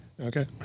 Okay